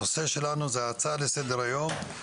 הנושא שלנו זה הצעה לסדר היום בנושא: